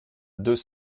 deux